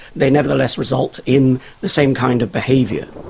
they nevertheless result in the same kind of behaviour.